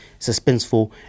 suspenseful